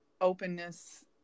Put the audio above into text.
openness